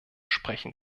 sprechen